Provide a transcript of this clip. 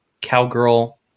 cowgirl